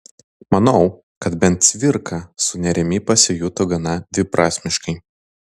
manau kad bent cvirka su nėrimi pasijuto gana dviprasmiškai